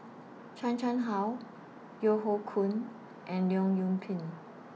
Chan Chang How Yeo Hoe Koon and Leong Yoon Pin